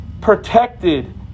protected